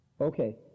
Okay